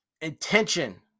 Intention